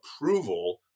approval